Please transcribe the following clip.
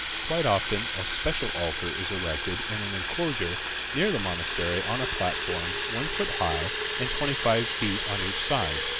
quite often a special altar is erected in an enclosure near the monastery on a platform one foot high and twenty-five feet on each side,